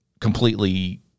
completely